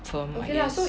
from like